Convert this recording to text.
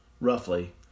roughly